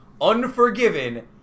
Unforgiven